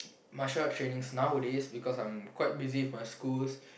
martial arts trainings nowadays because I'm quite busy with my schools